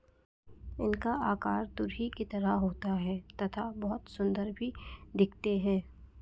इनका आकार तुरही की तरह होता है तथा बहुत सुंदर भी दिखते है